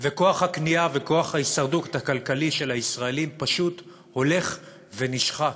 וכוח הקנייה וכוח ההישרדות הכלכלי של הישראלים פשוט הולך ונשחק?